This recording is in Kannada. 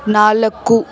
ನಾಲ್ಕು